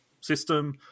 system